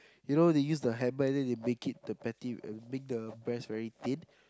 you know they use the hammer and then they make it the patty make the breast very thin